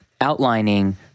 outlining